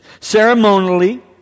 ceremonially